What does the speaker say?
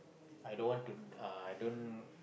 I don't want to uh I don't